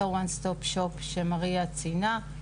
אותו One Stop Shop שמריה ציינה.